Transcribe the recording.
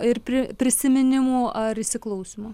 ir pri prisiminimų ar įsiklausymo